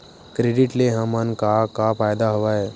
Credit ले हमन का का फ़ायदा हवय?